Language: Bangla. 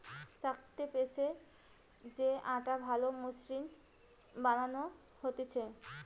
চাক্কিতে পিষে যে আটা ভালো মসৃণ বানানো হতিছে